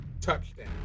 touchdown